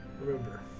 Remember